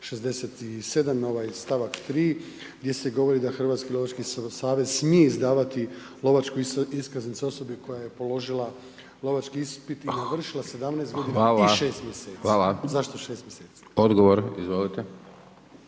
67 stavak 3 gdje se govori da Hrvatski lovački savez smije izdavati lovačku iskaznicu osobi koja je položila lovački ispit i navršila 17 godina i 6 mjeseci. Zašto 6 mjeseci? **Hajdaš Dončić,